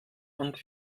und